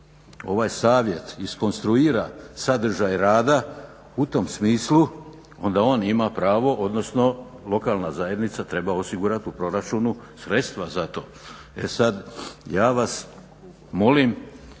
ovaj savjet iskonstruira sadržaj rada u tom smislu onda on ima pravo odnosno lokalna zajednica treba osigurati u proračunu sredstva za to. E sad ja vas molim